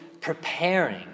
preparing